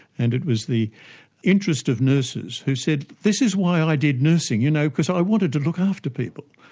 and it was the interest of nurses, who said, this is why i did nursing, you know because i wanted to look after people.